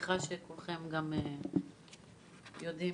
שכולכם יודעים